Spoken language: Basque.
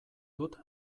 dut